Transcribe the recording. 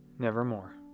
Nevermore